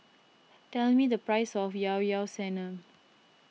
tell me the price of Ilao Ilao Sanum